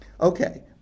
Okay